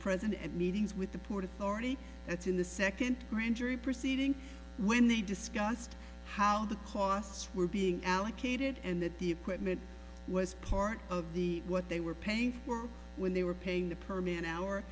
present at meetings with the port authority that's in the second grand jury proceeding when they discussed how the costs were being allocated and that the equipment was part of the what they were paying for when they were paying the per man hour